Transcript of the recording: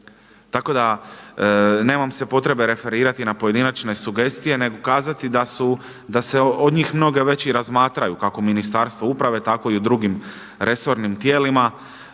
Tako da nemam se potrebe referirati na pojedinačne sugestije, nego kazati da se od njih mnoge već i razmatraju kako u Ministarstvu uprave, tako i u drugim resornim tijelima.